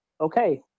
okay